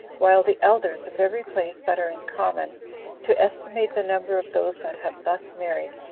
while the elders of every place, that are in common to estimate the number of those that have thus married,